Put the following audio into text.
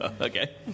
Okay